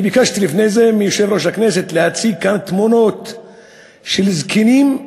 אני ביקשתי לפני זה מיושב-ראש הכנסת להציג כאן תמונות של זקנים,